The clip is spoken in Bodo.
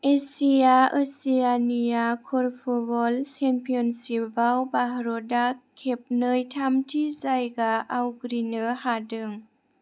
एसिया ओशियानिया कर्फबल चेम्पियनशिपआव भारतआ खेबनै थामथि जायगा आवग्रिनो हादों